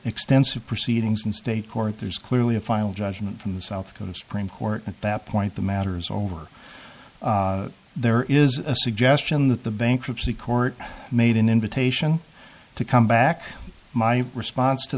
extensive proceedings in state court there's clearly a final judgment from the south coast green court at that point the matters over there is a suggestion that the bankruptcy court made an invitation to come back my response to